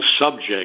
subject